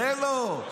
זה לא.